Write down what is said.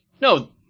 no